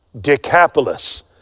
Decapolis